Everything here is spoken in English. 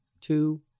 Two